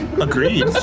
Agreed